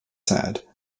sad